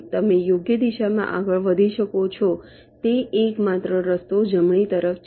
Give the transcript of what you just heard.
તમે યોગ્ય દિશામાં આગળ વધી શકો તે એકમાત્ર રસ્તો જમણી તરફ છે